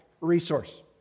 resource